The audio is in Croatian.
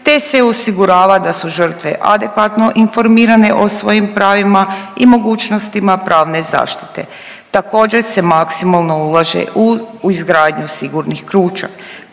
te se osigurava da su žrtve adekvatno informirane o svojim pravima i mogućnostima pravne zaštite. Također se maksimalno ulaže u, u izgradnju sigurnih kuća.